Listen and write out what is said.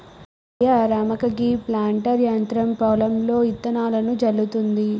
అయ్యా రామక్క గీ ప్లాంటర్ యంత్రం పొలంలో ఇత్తనాలను జల్లుతుంది